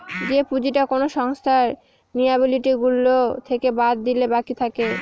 যে পুঁজিটা কোনো সংস্থার লিয়াবিলিটি গুলো থেকে বাদ দিলে বাকি থাকে